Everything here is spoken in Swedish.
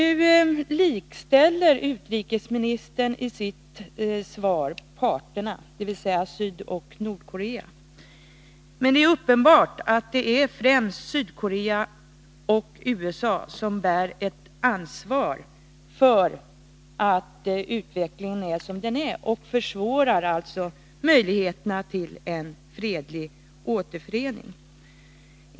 Nullikställer utrikesministern i sitt svar parterna, dvs. Sydoch Nordkorea, men det är uppenbart att det är främst Sydkorea och USA som bär ett ansvar för att utvecklingen är som den är och alltså försvårar möjligheterna till en fredlig återförening.